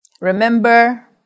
Remember